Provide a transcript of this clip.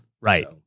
Right